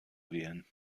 wählen